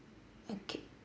okay